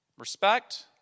respect